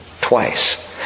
Twice